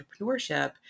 entrepreneurship